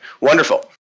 wonderful